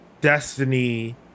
Destiny